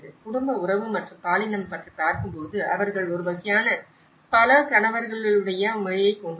குடும்ப உறவு மற்றும் பாலினம் பற்றி பார்க்கும்போது அவர்கள் ஒரு வகையான பல கணவர்களையுடைய முறையைக் கொண்டுள்ளனர்